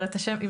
קנדל.